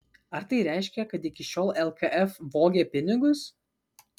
ar tai reiškia kad iki šiol lkf vogė pinigus